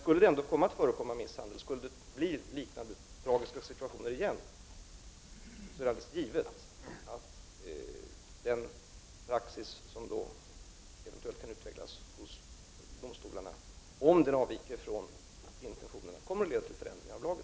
Men om det ändå skulle förekomma misshandel och om liknande tragiska situationer skulle uppstå igen, skall givetvis den praxis som eventuellt kan utvecklas hos domstolarna, om den avviker från intentionerna, leda till förändringar av lagen.